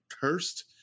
cursed